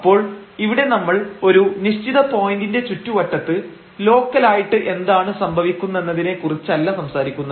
അപ്പോൾ ഇവിടെ നമ്മൾ ഒരു നിശ്ചിത പോയന്റിന്റെ ചുറ്റുവട്ടത്ത് ലോക്കലായിട്ട് എന്താണ് സംഭവിക്കുന്നതെന്നതിനെ കുറിച്ചല്ല സംസാരിക്കുന്നത്